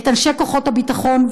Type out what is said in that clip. את אנשי כוחות הביטחון,